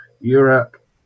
Europe